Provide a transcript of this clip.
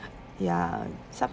ya